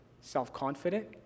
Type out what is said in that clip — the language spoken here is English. self-confident